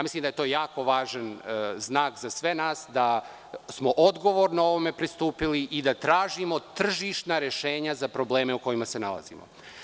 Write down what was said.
Mislim da je to jako važan znak za sve nas, da smo odgovorno ovome pristupili i da tražimo tržišna rešenja za probleme u kojima se nalazimo.